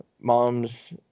moms